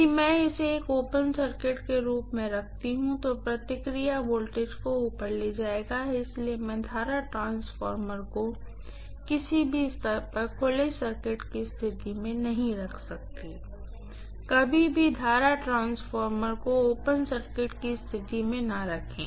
यदि मैं इसे एक ओपन सर्किट के रूप में रखती हूँ तो प्रक्रिया वोल्टेज को ऊपर ले जाएगा इसलिए मैं करंट ट्रांसफार्मर को किसी भी स्तर पर ओपन सर्किट की स्थिति में नहीं रख सकती कभी भी करंट ट्रांसफार्मर को ओपन सर्किट की स्थिति में न रखें